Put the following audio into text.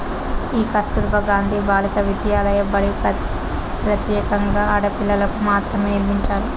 ఈ కస్తుర్బా గాంధీ బాలికా విద్యాలయ బడి ప్రత్యేకంగా ఆడపిల్లలకు మాత్రమే నిర్మించారు